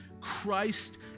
Christ